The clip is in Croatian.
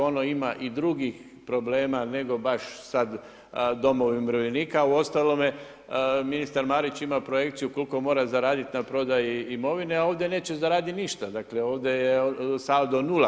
Ono ima i drugih problema nego baš sada domovi umirovljenike, uostalom ministar Marić ima projekciju koliko mora zaraditi na prodaji imovine, a ovdje neće zaraditi ništa, dakle ovdje je saldo nula.